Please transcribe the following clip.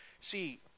see